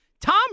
Tom